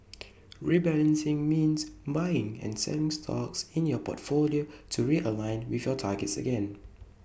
rebalancing means buying and selling stocks in your portfolio to realign with your targets again